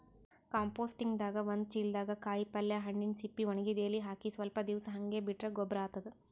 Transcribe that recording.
ಕಂಪೋಸ್ಟಿಂಗ್ದಾಗ್ ಒಂದ್ ಚಿಲ್ದಾಗ್ ಕಾಯಿಪಲ್ಯ ಹಣ್ಣಿನ್ ಸಿಪ್ಪಿ ವಣಗಿದ್ ಎಲಿ ಹಾಕಿ ಸ್ವಲ್ಪ್ ದಿವ್ಸ್ ಹಂಗೆ ಬಿಟ್ರ್ ಗೊಬ್ಬರ್ ಆತದ್